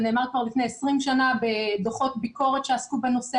זה נאמר כבר לפני עשרים שנה בדוחות ביקורת שעסקו בנושא